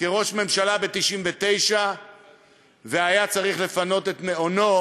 לראש ממשלה ב-1999 והיה צריך לפנות את מעונו,